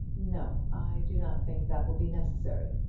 no i do not think that will be necessary,